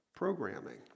programming